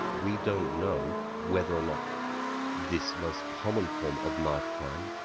we don't know whether or not this most common form of knife crime,